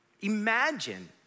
imagine